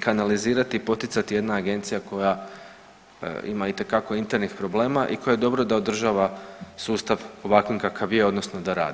kanalizirati i poticati jedna Agencija koja ima itekako internih problema i koja dobro da održava sustav ovakvim kakav je odnosno da radi.